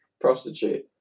prostitute